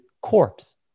corpse